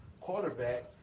quarterback